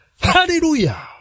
Hallelujah